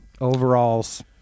Overalls